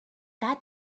that